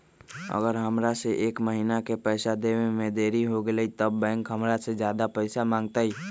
अगर हमरा से एक महीना के पैसा देवे में देरी होगलइ तब बैंक हमरा से ज्यादा पैसा मंगतइ?